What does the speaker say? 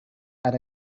are